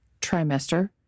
trimester